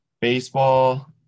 baseball